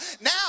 Now